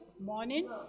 morning